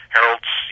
Harold's